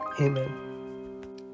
Amen